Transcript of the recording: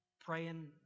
praying